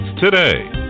Today